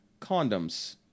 condoms